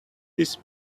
this